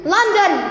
London